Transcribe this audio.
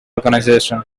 organizations